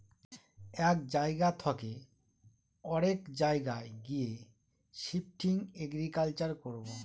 এক জায়গা থকে অরেক জায়গায় গিয়ে শিফটিং এগ্রিকালচার করবো